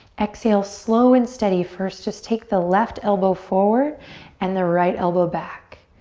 exhale slow and steady. first just take the left elbow forward and the right elbow back.